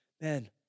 man